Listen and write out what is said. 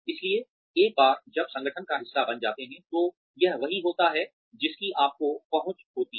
इसलिए एक बार जब आप संगठन का हिस्सा बन जाते हैं तो यह वही होता है जिसकी आपको पहुँच होती है